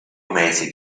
mäßig